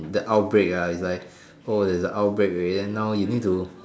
the outbreak uh is like oh there's an outbreak already then now you need to